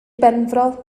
benfro